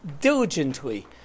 diligently